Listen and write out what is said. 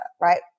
right